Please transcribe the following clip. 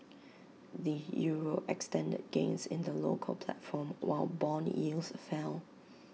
the euro extended gains in the local platform while Bond yields fell